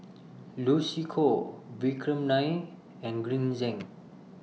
Lucy Koh Vikram Nair and Green Zeng